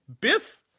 Biff